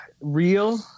real